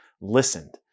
listened